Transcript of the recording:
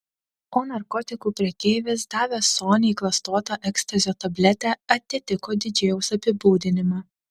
o narkotikų prekeivis davęs soniai klastotą ekstazio tabletę atitiko didžėjaus apibūdinimą